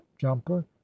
jumper